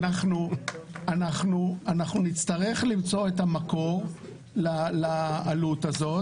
אנחנו נצטרך למצוא את המקור לעלות הזאת,